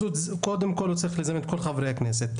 אז קודם כל הוא צריך לזמן את כל חברי הכנסת,